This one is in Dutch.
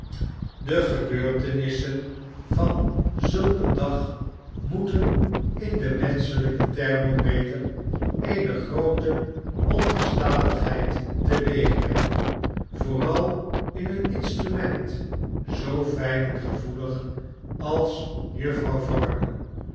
de gebeurtenissen van zulk een dag moeten in den menschelijken thermometer eene groote ongestadigheid teweegbrengen vooral in een instrument zoo fijn en gevoelig als juffrouw varden